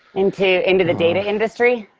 into into the data industry?